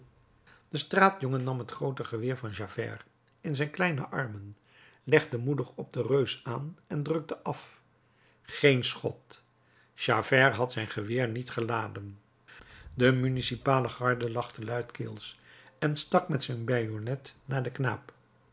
de straatjongen nam het groote geweer van javert in zijne kleine armen legde moedig op den reus aan en drukte af geen schot javert had zijn geweer niet geladen de municipale garde lachte luidkeels en stak met zijn bajonnet naar den knaap